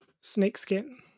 Snakeskin